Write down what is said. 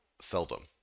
seldom